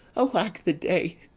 alack the day!